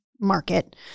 market